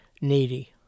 needy